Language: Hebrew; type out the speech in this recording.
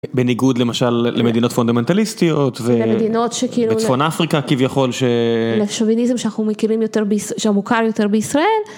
בניגוד למשל למדינות פונדמנטליסטיות... ולמדינות שכאילו... ובצפון אפריקה כביכול. לשוביניזם שאנחנו מכירים יותר, שמוכר יותר בישראל.